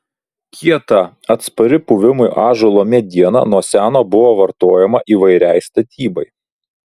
kieta atspari puvimui ąžuolo mediena nuo seno buvo vartojama įvairiai statybai